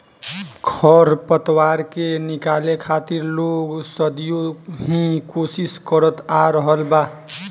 खर पतवार के निकाले खातिर लोग सदियों ही कोशिस करत आ रहल बा